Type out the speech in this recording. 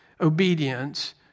obedience